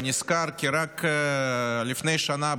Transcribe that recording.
ונזכר כי רק לפני שנה,